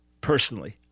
personally